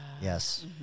Yes